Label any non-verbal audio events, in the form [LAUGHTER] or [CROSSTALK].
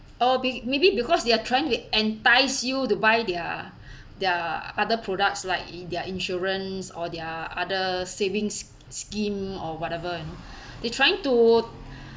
oo be maybe because they are trying to entice you to buy their [BREATH] their other products like in~ their insurance or their other savings sc~ scheme or whatever you know [BREATH] they trying to